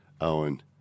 Owen